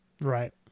Right